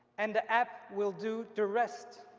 and the app will do the rest.